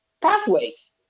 pathways